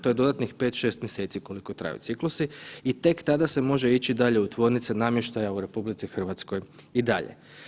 To je dodatnih 5, 6 mjeseci koliko traju ciklusi i tek tada se može ići dalje u tvornice namještaja u RH i dalje.